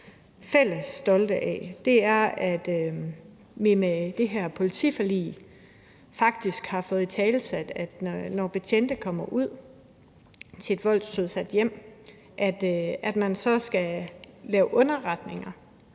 være stolte af – er, at vi med det her politiforlig faktisk har fået italesat, at når betjente kommer ud til et voldsudsat hjem, så skal de lave underretninger